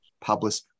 published